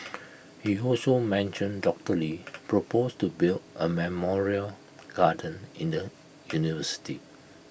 he also mentioned doctor lee proposed to build A memorial garden in the university